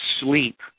sleep